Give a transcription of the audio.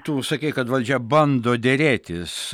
tu sakei kad valdžia bando derėtis